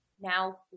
Now